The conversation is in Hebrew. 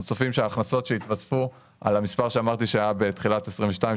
אנחנו צופים שההכנסות שיתווספו על המספר שאמרתי שהיה בתחילת 2022,